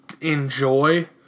enjoy